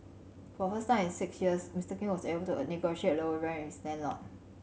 for first time in six years Mister King was able to negotiate a lower rent with his landlord